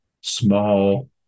small